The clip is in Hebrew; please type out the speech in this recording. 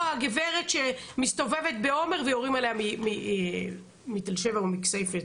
או הגברת שמסתובבת בעומר ויורים עליה מתל שבע או מכסייפה,